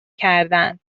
کردن